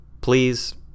Please